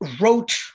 wrote